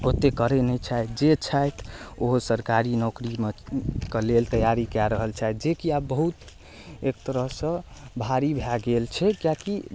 ओतेक करै नहि छथि जे छथि ओहो सरकारी नौकरीमे के लेल तैआरी कऽ रहल छथि जेकि आब बहुत एक तरहसँ भारी भऽ गेल छै किएकि